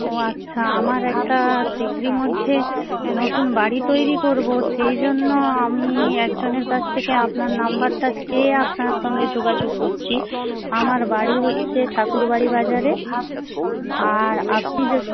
ও আচ্ছা আমার একটা শীঘ্র মধ্যে এ নতুন বাড়ি তৈরি করব সেই জন্য আমি একজনের কাছ থেকে আপনার নাম্বারটা পেয়ে আপনার সঙ্গে যোগাযোগ করছি আমার বাড়ি হচ্ছে ঠাকুরবাড়ি বাজারে আর আপনি